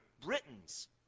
Britons